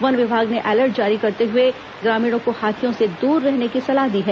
one विभाग ने alert जारी करते हुए ग्रामीणों को हाथियों से दूर रहने की सलाह दी है